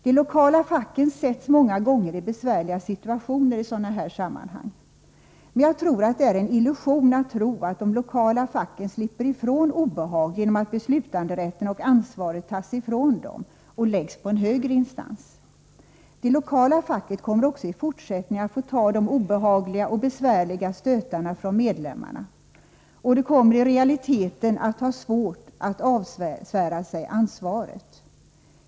De lokala facken sätts många gånger i besvärliga situationer i sådana här sammanhang. Men jag tror att det är en illusion att tro att de lokala facken slipper ifrån obehag genom att beslutanderätten och ansvaret tas ifrån dem och läggs på en högre instans. Det lokala facket kommer också i fortsättningen att få ta de obehagliga och besvärliga stötarna från medlemmarna, och de kommer i realiteten att ha svårt att avsvära sig ansvaret.